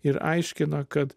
ir aiškina kad